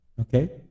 Okay